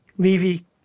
Levy